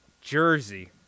jersey